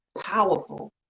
powerful